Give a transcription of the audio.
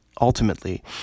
ultimately